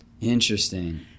Interesting